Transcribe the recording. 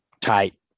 tight